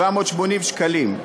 780 מיליון שקלים.